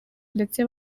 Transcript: ndetse